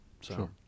Sure